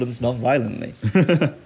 non-violently